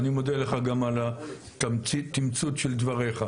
אני מודה לך גם על התמצות של דברייך.